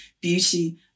beauty